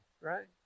right